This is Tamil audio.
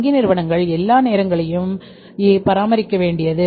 வங்கி நிறுவனங்கள் எல்லா நேரங்களையும் பராமரிக்க வேண்டியது 1